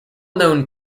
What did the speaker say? known